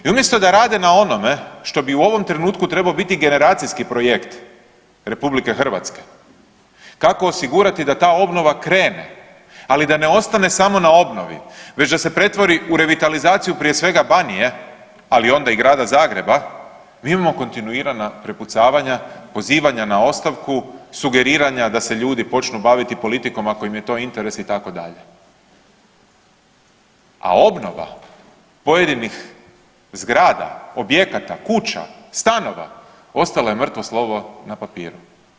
I umjesto da rade na onome što bi u ovom trenutku trebao biti generacijski projekt RH, kako osigurati da ta obnova krene, ali da ne ostane samo na obnovi već da se pretvori u revitalizaciju prije svega Banije, ali onda i Grada Zagreba, mi imamo kontinuirana prepucavanja, pozivanja na ostavku, sugeriranja da se ljudi počnu baviti politikom ako im je to interes itd., a obnova pojedinih zgrada, objekata, kuća, stanova, ostala je mrtvo slovo na papiru.